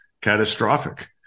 Catastrophic